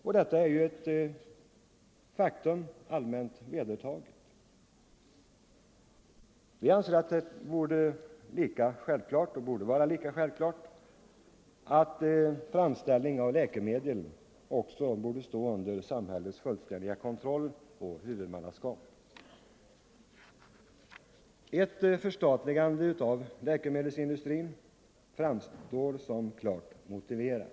Detta är ett faktum som är allmänt vedertaget. Vi anser att det borde vara lika självklart att framställningen av läkemedel står under samhällets fullständiga kontroll och huvudmannaskap. Kravet på ett förstatligande av läkemedelsindustrin framstår som klart motiverat.